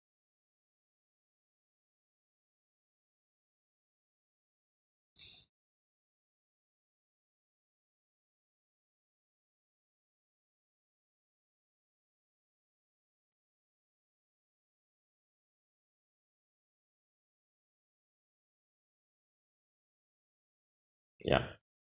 ya